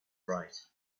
right